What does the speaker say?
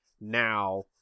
now